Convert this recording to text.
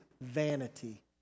vanity